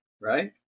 right